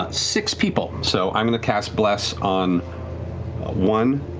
ah six people. so i'm going to cast bless on one,